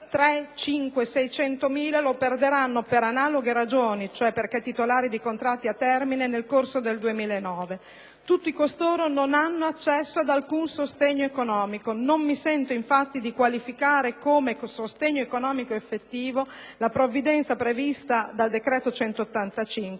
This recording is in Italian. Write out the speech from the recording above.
e i 600.000) lo perderanno per analoghe ragioni, in quanto titolari dei contratti a termine nel corso del 2009. Tutti costoro non hanno accesso ad alcun sostegno economico; non mi sento infatti di qualificare come sostegno economico effettivo la provvidenza prevista dal decreto-legge